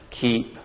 keep